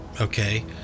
okay